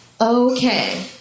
Okay